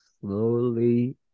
slowly